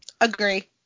Agree